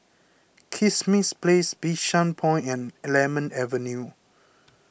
Kismis Place Bishan Point and Lemon Avenue